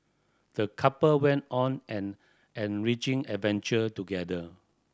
the couple went on an enriching adventure together